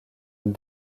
une